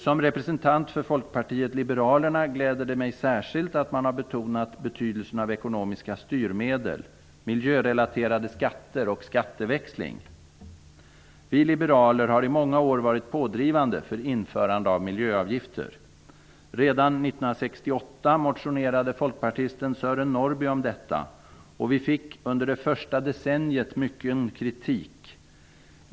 Som representant för Folkpartiet liberalerna gläder det mig särskilt att man har betonat betydelsen av ekonomiska styrmedel, miljörelaterade skatter och skatteväxling. Vi liberaler har i många år varit pådrivande för införande av miljöavgifter. Redan 1968 motionerade folkpartisten Sören Norrby om detta, och vi fick under det första decenniet mycken kritik.